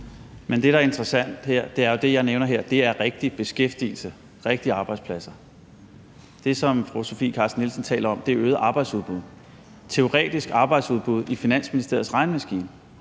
Men det, der er interessant, er jo, at det, jeg nævner her, er rigtig beskæftigelse, rigtige arbejdspladser. Det, som fru Sofie Carsten Nielsen taler om, er øget arbejdsudbud – teoretisk arbejdsudbud i Finansministeriets regnemaskine.